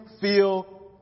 feel